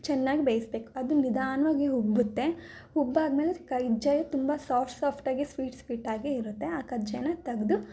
ಚೆನ್ನಾಗಿ ಬೇಯಿಸ್ಬೇಕು ಅದು ನಿಧಾನವಾಗಿ ಉಬ್ಬುತ್ತೆ ಉಬ್ಬಾದಮೇಲೆ ಕಜ್ಜಾಯ ತುಂಬ ಸಾಫ್ಟ್ ಸಾಫ್ಟಾಗಿ ಸ್ವೀಟ್ ಸ್ವೀಟಾಗಿ ಇರುತ್ತೆ ಆ ಕಜ್ಜಾಯನ ತೆಗೆದು